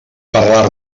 parlar